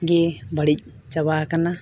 ᱜᱮ ᱵᱟᱹᱲᱤᱡ ᱪᱟᱵᱟ ᱟᱠᱟᱱᱟ